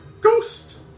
Ghost